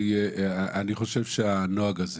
אני חושב שהנוהג הזה